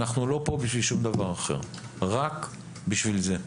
אנחנו לא פה בשביל שום דבר אחר, רק בשביל זה.